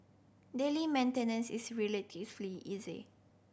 daily maintenance is relatively easy